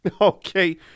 Okay